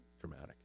dramatic